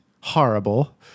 horrible